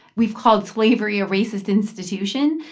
we've called slavery a racist institution.